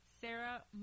Sarah